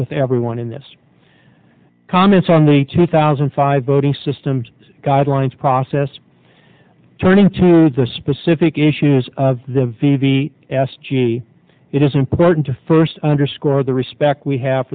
with everyone in this comments on the two thousand and five voting systems guidelines process turning to the specific issues of the v v s g e it is important to first underscore the respect we have